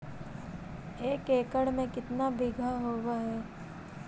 एक एकड़ में केतना बिघा होब हइ?